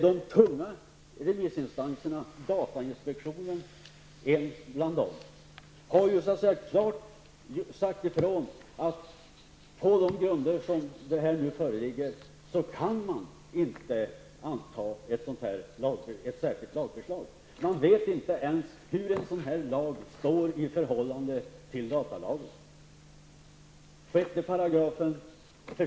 De tunga remissinstanserna, och datainspektionen är en av dem, har klart sagt ifrån att på grunden som förslaget nu vilar kan man inte anta ett särskilt lagförslag. Man vet inte ens hur en sådan här lag står i förhållande till datalagen.